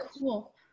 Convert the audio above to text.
cool